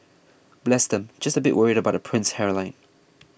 bless them just a bit worried about the prince's hairline